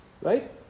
right